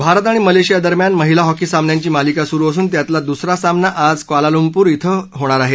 भारत आणि मलेशिया दरम्यान महिला हॉकी सामन्यांची मालिका सुरु असून त्यातला दुसरा सामना आज क्वालालुंपूर थे होणार आहे